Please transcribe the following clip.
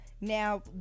Now